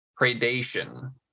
predation